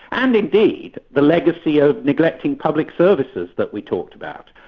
and indeed the legacy of neglecting public services that we talked about.